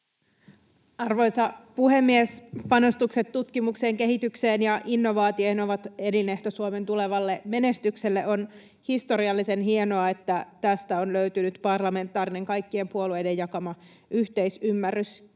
Arvoisa puhemies! Panostukset tutkimukseen, kehitykseen ja innovaatioihin ovat elinehto Suomen tulevalle menestykselle. On historiallisen hienoa, että tästä on löytynyt parlamentaarinen, kaikkien puolueiden jakama yhteisymmärrys.